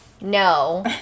No